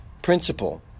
principle